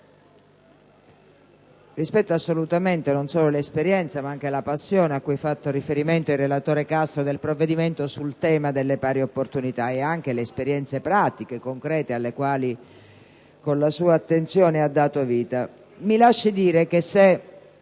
rispetto assolutamente non solo l'esperienza, ma anche la passione a cui ha fatto riferimento il senatore Castro, relatore del provvedimento, sul tema delle pari opportunità e anche le esperienze pratiche e concrete alle quali, con la sua attenzione, ha dato vita. Mi lasci dire che, se